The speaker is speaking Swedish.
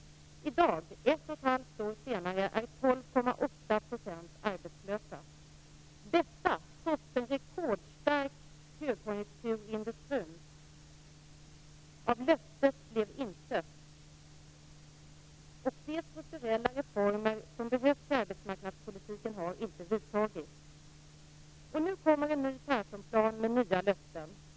I dag, ett och ett halvt år senare, är 12,8 % arbetslösa, detta trots en rekordstark högkonjunktur i industrin. Av löftet blev intet. De strukturella reformer som behövs i arbetsmarknadspolitiken har inte vidtagits. Nu kommer en ny Perssonplan med nya löften.